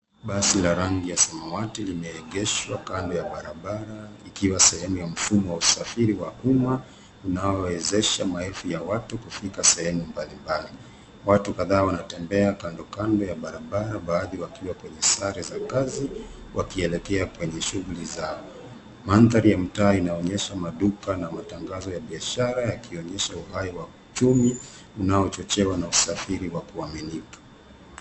Basi la rangi ya samawati limeegeshwa kando ya barabara, ikiwa sehemu ya mfumo wa usafiri wa umma inayowezesha maelfu ya watu kufika sehemu mbalimbali. Watu kadhaa wanatembea kando kando ya barabara baadhi wakiwa kwenye sare za kazi wakielekea kwenye shughuli zao. Mandhari ya mtaa inaonyesha maduka na matangazo ya biashara yakionyesha uhai wa uchumi unaochochewa na usafiri wa kuaminika.